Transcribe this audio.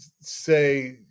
say